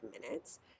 minutes